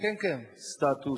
סטטוס.